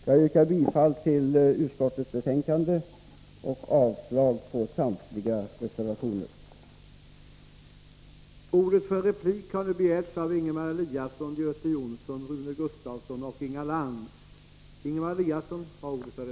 Jag yrkar bifall till utskottets hemställan och avslag på samtliga reservationer.